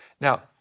Now